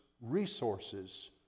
resources